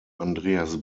andreas